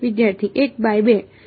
વિદ્યાર્થી 1 બાય 2